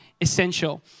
essential